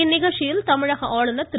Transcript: இந்நிகழ்ச்சியில் தமிழக ஆளுநர் திரு